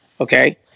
okay